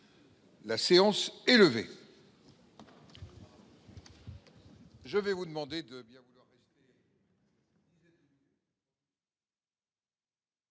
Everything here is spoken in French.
La séance est levée.